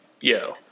yo